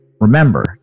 remember